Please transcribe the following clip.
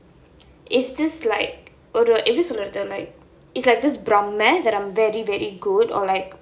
is this like ஒரு எப்படி சொல்றது:oru eppadi solrathu like is like this Brahma that I'm very very good or like